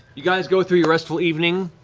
you guys go through your restful evening,